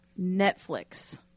Netflix